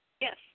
Yes